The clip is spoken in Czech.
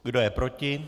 Kdo je proti?